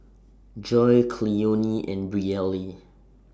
Joi Cleone and Brielle